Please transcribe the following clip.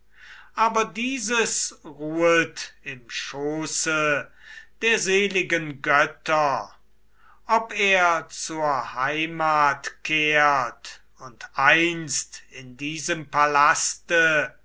aber dieses ruhet im schoße der seligen götter ob er zur heimat kehrt und einst in diesem palaste